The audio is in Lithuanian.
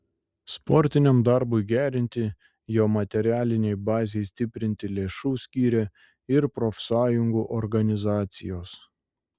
sportiniam darbui gerinti jo materialinei bazei stiprinti lėšų skyrė ir profsąjungų organizacijos